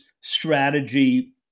strategy